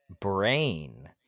brain